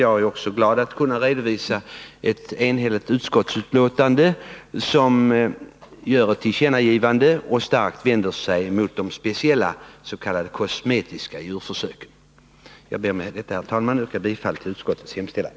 Jag är också glad att kunna redovisa ett enhälligt utskottsbetänkande, där utskottet gör ett tillkännagivande och starkt vänder sig mot de speciella s.k. kosmetiska djurförsöken. 81 Jag ber att med detta, herr talman, få yrka bifall till utskottets hemställan.